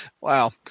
Wow